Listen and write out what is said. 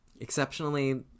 Exceptionally